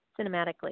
cinematically